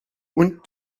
und